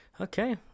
Okay